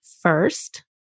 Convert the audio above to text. first